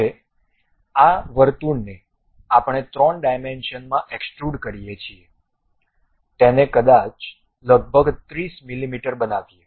હવે આ વર્તુળને આપણે 3 ડાયમેંન્શનમાં એક્સ્ટ્રુડ કરીએ છીએ તેને કદાચ લગભગ 30 મીમી બનાવીએ